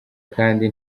kandi